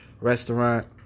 restaurant